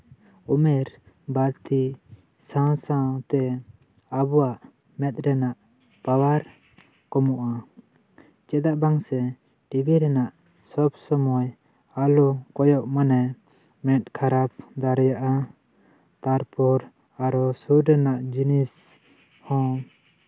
ᱩᱢᱮᱨ ᱵᱟ ᱲᱛᱤ ᱥᱟᱶ ᱥᱟᱶ ᱛᱮ ᱟᱵᱚᱣᱟᱜ ᱢᱮᱫ ᱨᱮᱱᱟᱜ ᱯᱟᱣᱟᱨ ᱠᱚᱢᱚᱜᱼᱟ ᱪᱮᱫᱟᱜ ᱵᱟᱝ ᱥᱮ ᱴᱤᱵᱷᱤ ᱨᱮᱱᱟᱜ ᱥᱚᱵ ᱥᱚᱢᱚᱭ ᱟᱞᱚ ᱠᱚᱭᱚᱜ ᱢᱟᱱᱮ ᱢᱮᱫ ᱠᱷᱟᱨᱟᱯ ᱫᱟᱲᱮᱭᱟᱜᱼᱟ ᱛᱟᱨᱯᱚᱨ ᱟᱨᱚ ᱥᱩᱨ ᱨᱮᱱᱟᱜ ᱡᱤᱱᱤᱥ ᱦᱚᱸ